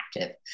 active